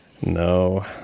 No